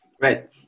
right